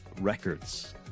Records